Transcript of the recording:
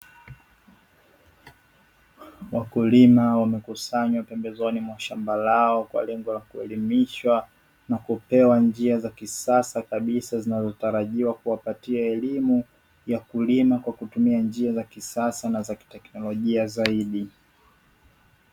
Wakulima wamekusanywa pembezoni mwa shamba lao kwa lengo la kuelimishwa na kupewa njia za kisasa kabisa zinazotarajiwa kuwapatia elimu ya kulima kwa kutumia njia za kisasa na za kiteknolojia zaidi.